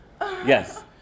yes